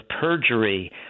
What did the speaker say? perjury